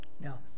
Now